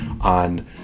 on